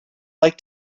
like